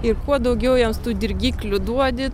ir kuo daugiau jiems tų dirgiklių duodi